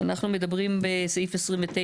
אנחנו מדברים, בסעיף 29,